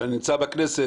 שאני נמצא בכנסת,